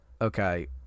Okay